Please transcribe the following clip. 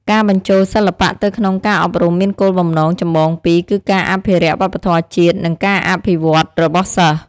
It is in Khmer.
ការបញ្ចូលសិល្បៈទៅក្នុងការអប់រំមានគោលបំណងចម្បងពីរ គឺការអភិរក្សវប្បធម៌ជាតិ និងការអភិវឌ្ឍរបស់សិស្ស។